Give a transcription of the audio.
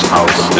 House